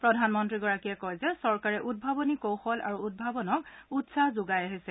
প্ৰধানমন্ত্ৰীগৰাকীয়ে কয় যে চৰকাৰে উদ্ভাৱনী কৌশল আৰু উদ্ভাৱনক উৎসাহ যোগাই আহিছে